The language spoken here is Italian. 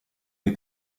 dei